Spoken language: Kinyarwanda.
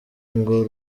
ngo